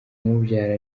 umubyara